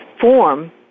form